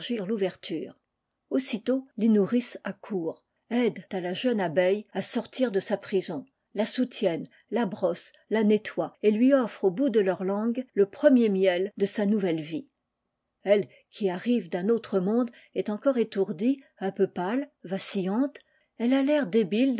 l'ouverture aussitôt les nourrices accourent aident à la jeune abeille à sortir de sa prison la soutiennent la brossent ja nettoient et lui offrent au bout de leur langue le premier miel le sa nouvelle vie elle qui arrive d'un autre monde est encore étourdie un peu pâle vacillante elle a l'air débile